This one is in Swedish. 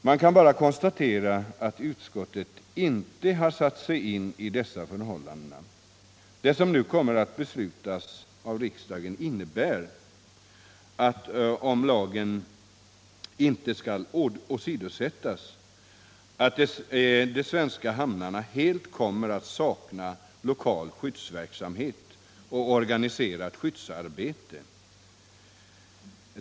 Man kan bara konstatera att utskottet inte har satt sig in i dessa förhållanden. Det som nu kommer att beslutas av riksdagen innebär — om lagen inte skall åsidosättas — att de svenska hamnarna helt kommer att sakna lokal skyddsverksamhet och organiserat skyddsarbete.